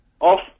Off